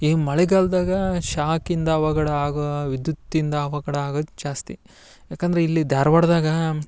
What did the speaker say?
ಈ ಮಳೆಗಾಲದಾಗ ಶಾಕಿಂದ ಅವಘಡ ಆಗೋ ವಿದ್ಯುತ್ತಿಂದ ಅವಘಡ ಆಗೋದು ಜಾಸ್ತಿ ಯಾಕಂದ್ರೆ ಇಲ್ಲಿ ಧಾರ್ವಾಡದಾಗ